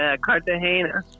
Cartagena